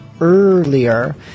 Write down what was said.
earlier